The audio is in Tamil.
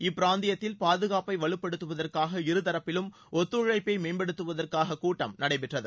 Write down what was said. இப்பிராந்தியத்தில் பாதுகாப்பை வலுப்படுத்துவதற்காக இரு தரப்பிலும் ஒத்துழைப்பை மேம்படுத்துவதற்காக இக்கூட்டம் நடைபெற்றது